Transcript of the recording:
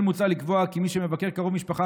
כמו כן מוצע לקבוע כי מי שמבקר קרוב משפחה